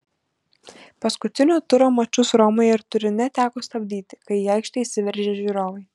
paskutinio turo mačus romoje ir turine teko stabdyti kai į aikštę įsiveržė žiūrovai